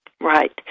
Right